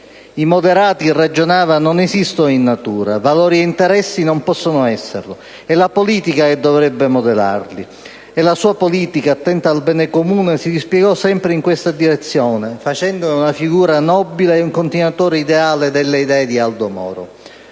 «I moderati» - ragionava - «non esistono in natura, valori e interessi non possono esserlo. È la politica che dovrebbe moderarli». E la sua politica, attenta al bene comune, si dispiegò sempre in questa direzione, facendone una figura nobile, un continuatore ideale delle idee di Aldo Moro.